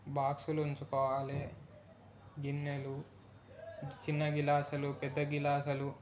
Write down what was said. బాక్స్లు ఉంచుకోవాలి గిన్నెలు చిన్న గ్లాసులు పెద్ద గ్లాసులు